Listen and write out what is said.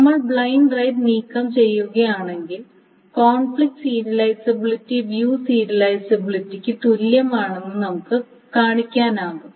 നമ്മൾ blind write നീക്കം ചെയ്യുകയാണെങ്കിൽ കോൺഫ്ലിക്റ്റ് സീരിയലൈസബിലിറ്റി വ്യൂ സീരിയലൈസബിലിറ്റിക്ക് തുല്യമാണെന്ന് നമുക്ക് കാണിക്കാനാകും